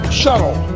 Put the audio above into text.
shuttle